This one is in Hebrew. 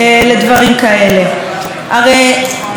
הרי שמענו כאן קודם את ראש הממשלה.